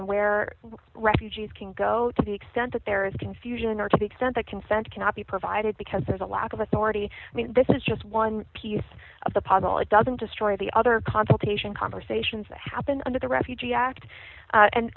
on where refugees can go to the extent that there is confusion or to the extent that consent cannot be provided because there's a lack of authority i mean this is just one piece of the puzzle it doesn't destroy the other consultation conversations that happen under the refugee act